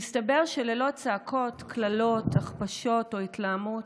מסתבר שללא צעקות, קללות, הכפשות או התלהמות,